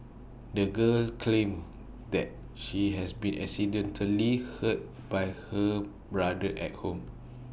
the girl claimed that she had been accidentally hurt by her brother at home